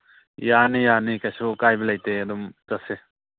ꯌꯥꯅꯤ ꯌꯥꯅꯤ ꯀꯩꯁꯨ ꯑꯀꯥꯏꯕ ꯂꯩꯇꯦ ꯑꯗꯨꯝ ꯆꯠꯁꯦ